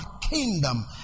kingdom